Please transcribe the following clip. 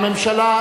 הממשלה,